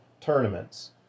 tournaments